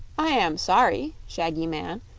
i am sorry, shaggy man,